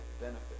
benefit